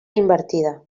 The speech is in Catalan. invertida